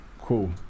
cool